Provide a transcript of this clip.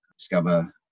discover